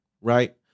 right